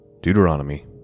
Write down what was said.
Deuteronomy